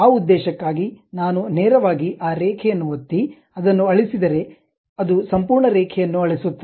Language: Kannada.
ಆ ಉದ್ದೇಶಕ್ಕಾಗಿ ನಾನು ನೇರವಾಗಿ ಆ ರೇಖೆಯನ್ನು ಒತ್ತಿ ಅದನ್ನು ಅಳಿಸಿದರೆ ಅದು ಸಂಪೂರ್ಣ ರೇಖೆಯನ್ನು ಅಳಿಸುತ್ತದೆ